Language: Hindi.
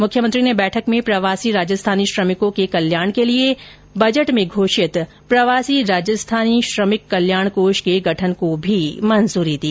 मुख्यमंत्री ने बैठक में प्रवासी राजस्थानी श्रमिकों के कल्याण के लिए बजट में घोषित प्रवासी राजस्थानी श्रमिक कल्याण कोष के गठन को भी मंजूरी दी